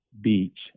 Beach